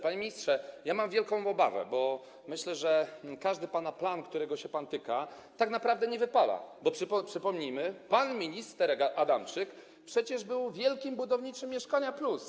Panie ministrze, ja mam wielką obawę, bo myślę, że każdy pana plan, którego się pan tyka, tak naprawdę nie wypala, bo przypomnijmy, pan minister Adamczyk przecież był wielkim budowniczym „Mieszkania+”